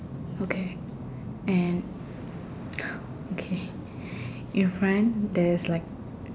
okay and okay in front there's like